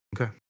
Okay